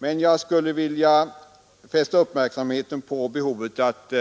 Men jag skulle vilja fästa uppmärksamheten på behovet av att